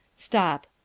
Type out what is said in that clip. Stop